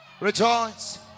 Rejoice